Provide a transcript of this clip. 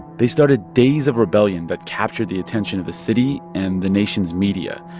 they started days of rebellion that captured the attention of the city and the nation's media.